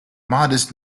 modest